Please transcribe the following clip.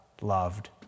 loved